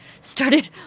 started